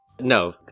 No